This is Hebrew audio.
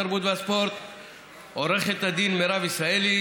התרבות והספורט ועו"ד מירב ישראלי,